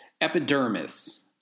Epidermis